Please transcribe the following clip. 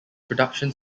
production